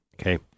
Okay